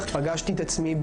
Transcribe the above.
קואליציוניים.